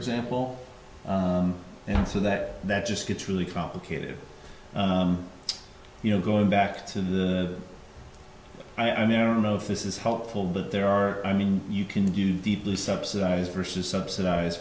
example and so that that just gets really complicated you know going back to the i mean i don't know if this is helpful but there are i mean you can do deeply subsidized versus subsidize